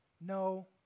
No